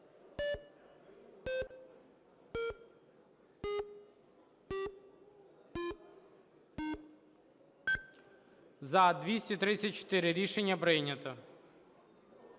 За-231 Рішення прийнято.